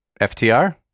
FTR